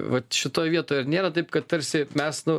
vat šitoj vietoj ar nėra taip kad tarsi mes nu